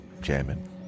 jamming